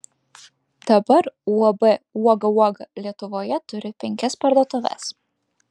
dabar uab uoga uoga lietuvoje turi penkias parduotuves